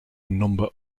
number